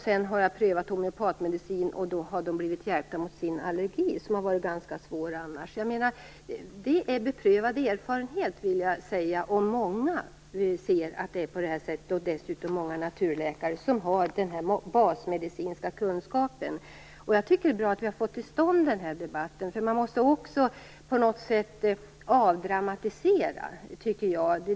Sedan har jag prövat homeopatmedicin, och då har de blivit hjälpta mot sin allergi som annars har varit ganska svår. Det är beprövad erfarenhet, och många ser att det är på det här sättet. Dessutom finns det många naturläkare som har den basmedicinska kunskapen. Jag tycker att det är bra att vi har fått till stånd den här debatten. Man måste också på något sätt avdramatisera detta.